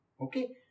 Okay